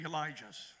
Elijahs